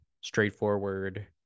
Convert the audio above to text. straightforward